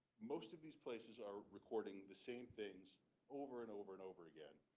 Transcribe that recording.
most of these places are recording the same things over and over and over again.